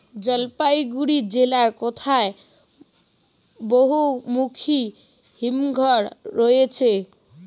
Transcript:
জলপাইগুড়ি জেলায় কোথায় বহুমুখী হিমঘর রয়েছে?